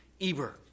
Eber